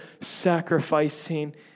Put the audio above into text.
sacrificing